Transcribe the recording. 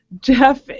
Jeff